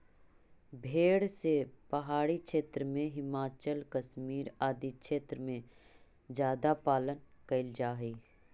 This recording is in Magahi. भेड़ के पहाड़ी क्षेत्र में, हिमाचल, कश्मीर आदि क्षेत्र में ज्यादा पालन कैल जा हइ